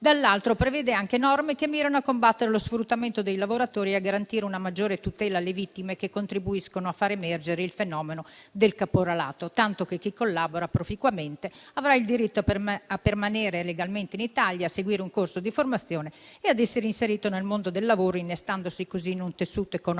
dall'altro lato, prevede anche norme che mirano a combattere lo sfruttamento dei lavoratori e a garantire una maggiore tutela alle vittime che contribuiscono a far emergere il fenomeno del caporalato, tanto che chi collabora proficuamente avrà il diritto a permanere legalmente in Italia, a seguire un corso di formazione e ad essere inserito nel mondo del lavoro, innestandosi così in un tessuto economico